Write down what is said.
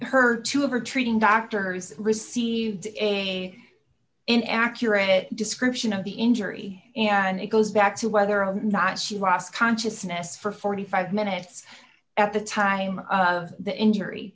her two of her treating doctor has received a in accurate description of the injury and it goes back to whether or not she lost consciousness for forty five minutes at the time of the injury